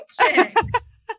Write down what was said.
Chicks